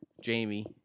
Jamie